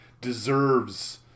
deserves